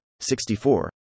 64